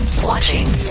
watching